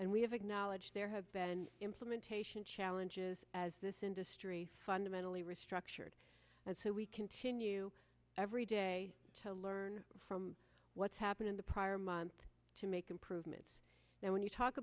and we have acknowledged there have been implementation challenges as this industry fundamentally restructured and so we continue every day to learn from what's happened in the prior month to make improvements now when you talk